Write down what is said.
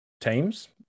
teams